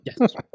Yes